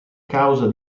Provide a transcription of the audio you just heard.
causa